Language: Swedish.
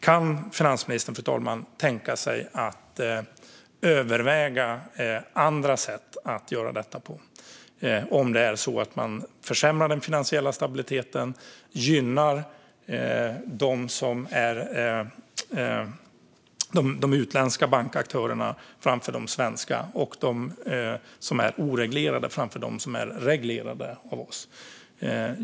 Kan finansministern tänka sig att överväga andra sätt, om man försämrar den finansiella stabiliteten, gynnar de utländska bankaktörerna framför de svenska samt de som är oreglerade framför de som är reglerade?